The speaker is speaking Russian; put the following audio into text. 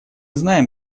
знаем